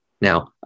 Now